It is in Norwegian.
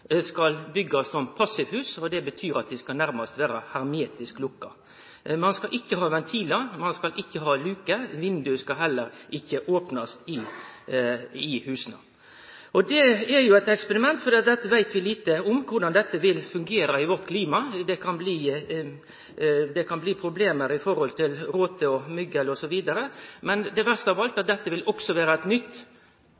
skal byggjast som passivhus. Det betyr at dei nærmast skal vere hermetisk lukka. Ein skal ikkje ha ventilar, ein skal ikkje ha luker, og vindauge skal heller ikkje kunne opnast i husa. Det er jo eit eksperiment, for vi veit lite om korleis dette vil fungere i vårt klima. Det kan bli problem med ròte og mugg osv. Men det verste av alt er at dette vil vere eit nytt krav som vil gjere det